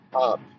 up